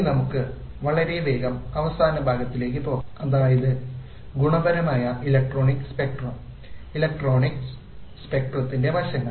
ഇനി നമുക്ക് വളരെ വേഗം അവസാന ഭാഗത്തിലേക്ക് പോകാം അതായത് ഗുണപരമായ ഇലക്ട്രോണിക്സ് സ്പെക്ട്രംഇലക്ട്രോണിക്സ് സ്പെക്ട്രത്തിന്റെ വശങ്ങൾ